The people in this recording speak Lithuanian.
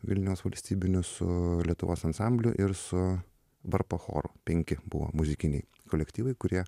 vilniaus valstybiniu su lietuvos ansambliu ir su varpo choru penki buvo muzikiniai kolektyvai kurie